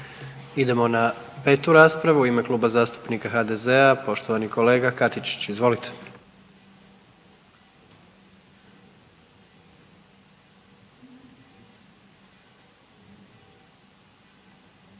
Idemo na 5. raspravu. U ime Kluba zastupnika HDZ-a poštovani kolega Katičić. Izvolite.